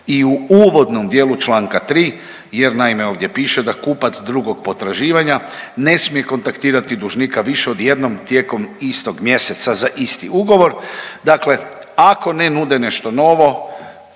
i u uvodnom dijelu čl.3. jer naime ovdje piše da kupac drugog potraživanja ne smije kontaktirati dužnika više od jednom tijekom istog mjeseca za isti ugovor. Dakle, ako ne nude nešto novo